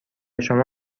شما